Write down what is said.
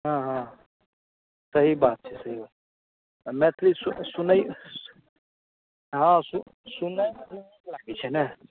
हँ हँ सही बात छै सही बात आ मैथिली सुनैयौ सुनै हँ सु सुनैयोमे नीक लागैत छै ने